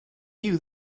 you